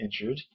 injured